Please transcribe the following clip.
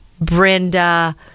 Brenda